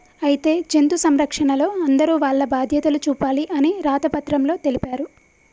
అయితే జంతు సంరక్షణలో అందరూ వాల్ల బాధ్యతలు చూపాలి అని రాత పత్రంలో తెలిపారు